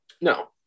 no